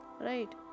right